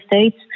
states